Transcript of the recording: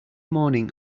morning